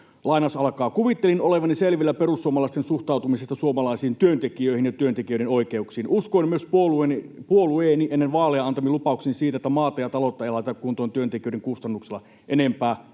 ”Kuvittelin olevani selvillä perussuomalaisten suhtautumisesta suomalaisiin työntekijöihin ja työntekijöiden oikeuksiin. Uskoin myös puolueeni ennen vaaleja antamiin lupauksiin siitä, että maata ja taloutta ei laiteta kuntoon työntekijöiden kustannuksella. Enempää